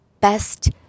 best